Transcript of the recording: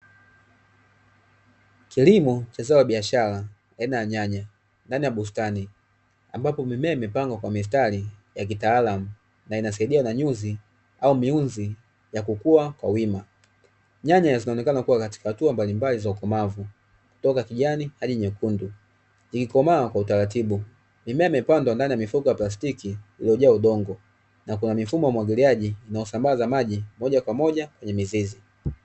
Kilimo cha zao la biashara aina ya nyanya ndani ya bustani, ambapo mimea imepangwa kwa mistari ya kitaalamu na inasaidiwa na nyuzi au miunzi ya kukua kwa wima. Nyanya zinaonekana kuwa katika hatua mbalimbali za ukomavu kutoka kijani hadi nyekundu, ikikomaa kwa utaratibu. Mimea imepandwa ndani ya mifuko ya plastiki iliyojaa udongo na kuna mifumo ya umwagiliaji inayosambaza maji moja kwa moja kwenye mizizi.